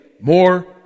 more